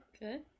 Good